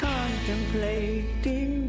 Contemplating